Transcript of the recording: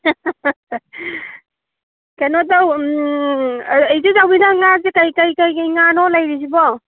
ꯀꯩꯅꯣꯇꯧ ꯏꯆꯦ ꯆꯥꯎꯕꯤ ꯅꯪ ꯉꯥꯁꯤ ꯀꯩ ꯀꯩ ꯀꯩ ꯀꯩ ꯀꯩ ꯀꯩ ꯉꯥꯅꯣ ꯂꯩꯔꯤꯁꯤꯕꯣ